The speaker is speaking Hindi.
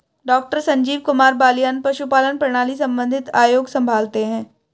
डॉक्टर संजीव कुमार बलियान पशुपालन प्रणाली संबंधित आयोग संभालते हैं